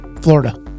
Florida